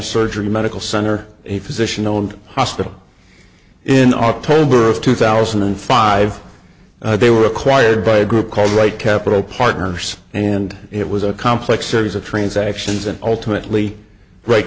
a surgery medical center a physician owned hospital in october of two thousand and five they were acquired by a group called right capital partners and it was a complex series of transactions and ultimately right